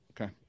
Okay